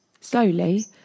slowly